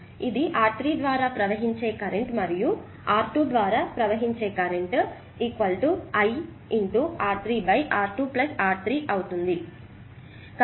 కాబట్టి ఇది R3 ద్వారా ప్రవహించే కరెంట్ మరియు R2 ద్వారా ప్రవహించే కరెంట్ I R3R2R3 అవుతుంది